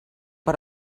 per